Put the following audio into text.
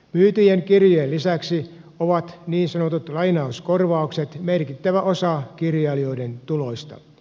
myytyjen kirjojen lisäksi ovat niin sanotut lainauskorvaukset merkittävä osa kirjailijoiden tuloista